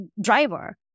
driver